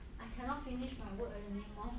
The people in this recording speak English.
I cannot finish my work anymore